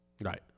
Right